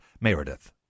Meredith